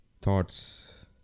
thoughts